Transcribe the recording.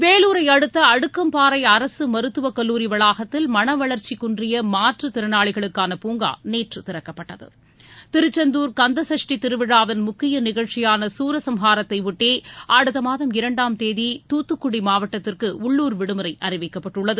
வேலூரை அடுத்த அடுக்கம்பாறை அரசு மருத்துவக்கல்லூரி வளாகத்தில் மனவளர்ச்சிகுன்றிய மாற்றுத்திறனாளிகளுக்கான பூங்கா நேற்று திறக்கப்பட்டது திருச்செந்தூர் கந்தசஷ்டி திருவிழாவின் முக்கிய நிகழ்ச்சியான சூரசம்ஹாரத்தை ஒட்டி அடுத்த மாதம் இரண்டாம் தேதி தூத்துக்குடி மாவட்டத்திற்கு உள்ளுர் விடுமுறை அறிவிக்கப்பட்டுள்ளது